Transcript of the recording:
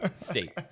state